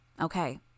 Okay